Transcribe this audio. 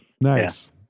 nice